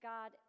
God